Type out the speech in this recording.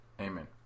Amen